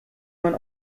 man